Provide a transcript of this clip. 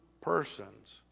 persons